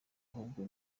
ahubwo